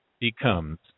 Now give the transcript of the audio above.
becomes